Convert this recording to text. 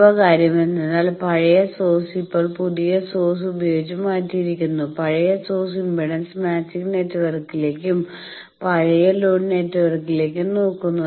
ഉപ കാര്യം എന്തെന്നാൽ പഴയ സോഴ്സ് ഇപ്പോൾ പുതിയ സോഴ്സ് ഉപയോഗിച്ച് മാറ്റിയിരിക്കുന്നു പഴയ സോഴ്സ് ഇംപെഡൻസ് മാച്ചിംഗ് നെറ്റ്വർക്കിലേക്കും പഴയ ലോഡ് നെറ്റ്വർക്കിലേക്കും നോക്കുന്നു